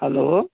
hello